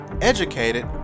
educated